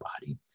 body